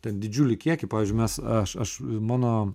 ten didžiulį kiekį pavyzdžiui mes aš aš mano